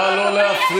נא לא להפריע,